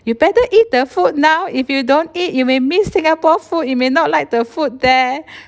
you better eat the food now if you don't eat you may miss singapore food you may not like the food there